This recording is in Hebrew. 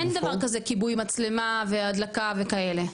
אין דבר כזה כיבוי מצלמה והדלקה וכאלה.